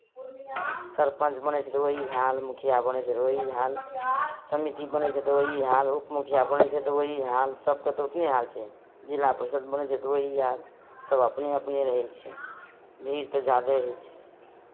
सरपञ्च बनै छै तऽ ओही हाल मुखिया बनै छै तऽ ओही हाल समीति बनै छै तऽ ओही हाल उपमुखिया बनै छै तऽ ओही हाल सभके तऽ ओतने हाल छै जिला परिषद बनै छै तऽ ओही हाल सभ अपने अपने रहै छै भीड़ तऽ ज्यादे रहै छै